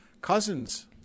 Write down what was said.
Cousins